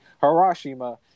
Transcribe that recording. Hiroshima